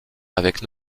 avec